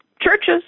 churches